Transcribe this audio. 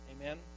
Amen